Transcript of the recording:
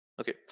Okay